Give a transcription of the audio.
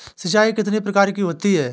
सिंचाई कितनी प्रकार की होती हैं?